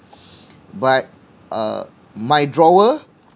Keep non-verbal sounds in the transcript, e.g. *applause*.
*breath* but uh my drawer